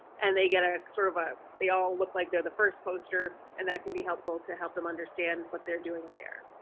and they get a sort of a they all look like they're the first poster and that can be helpful to help them understand what they're doing in there.